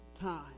time